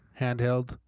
handheld